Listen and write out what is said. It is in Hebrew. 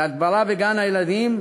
להדברה בגן-ילדים,